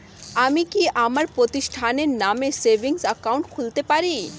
আমি কি আমার প্রতিষ্ঠানের নামে সেভিংস একাউন্ট খুলতে পারি?